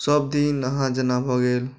सभदिन अहाँ जेना भऽ गेल